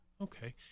okay